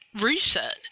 reset